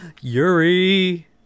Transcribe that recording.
Yuri